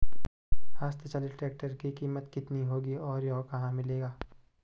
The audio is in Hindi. हस्त चलित ट्रैक्टर की कीमत कितनी होगी और यह कहाँ मिलेगा?